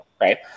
right